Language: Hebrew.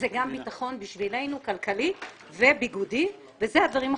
זה גם ביטחון לנו כלכלי וביגודי ואלה הדברים החשובים.